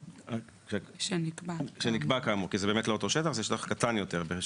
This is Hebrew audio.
כי זה באמת לא אותו שטח, זה שטח קטן יותר.